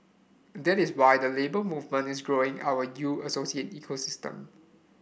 that is why the Labour Movement is growing our U Associate ecosystem